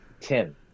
Tim